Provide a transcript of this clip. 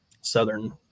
Southern